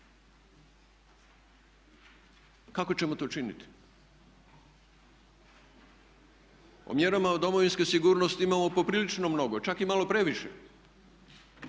Kako ćemo to činiti? O mjerama u domovinskoj sigurnosti imamo poprilično mnogo, čak i malo previše,